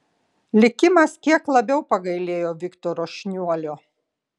likimas kiek labiau pagailėjo viktoro šniuolio